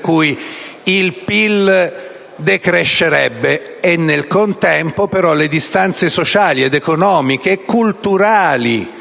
cui il famoso PIL decrescerebbe e nel contempo le distanze sociali, economiche e culturali